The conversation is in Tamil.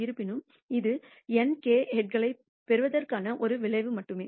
இருப்பினும் இது nk ஹெட்களைப் பெறுவதற்கான ஒரு விளைவு மட்டுமே